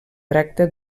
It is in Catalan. tracta